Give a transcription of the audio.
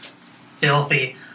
filthy